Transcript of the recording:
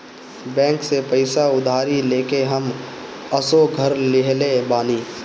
bank से पईसा उधारी लेके हम असो घर लीहले बानी